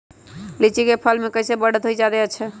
लिचि क फल म कईसे बढ़त होई जादे अच्छा?